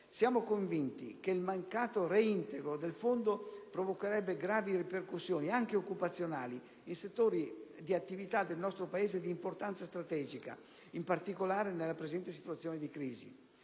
Siamo convinti che il mancato reintegro del Fondo provocherebbe gravi ripercussioni, anche occupazionali, in settori di attività del nostro Paese di importanza strategica, in particolare nella presente situazione di crisi.